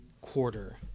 quarter